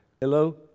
Hello